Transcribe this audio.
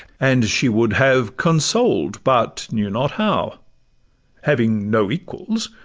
and she would have consoled, but knew not how having no equals,